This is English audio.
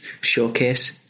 showcase